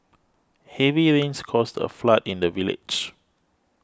heavy rains caused a flood in the village